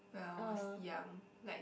when I was young like